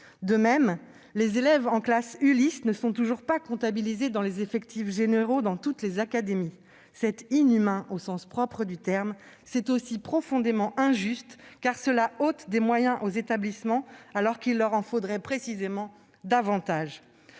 pour l'inclusion scolaire) ne sont toujours pas comptabilisés dans les effectifs généraux dans toutes les académies. C'est inhumain au sens propre du terme ! C'est aussi profondément injuste, car cela ôte des moyens aux établissements, alors qu'il leur en faudrait, au contraire, davantage.